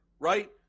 Right